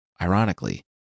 ironically